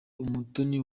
umutoni